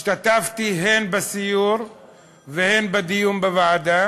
השתתפתי הן בסיור והן בדיון בוועדה,